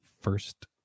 first